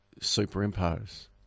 Superimpose